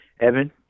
Evan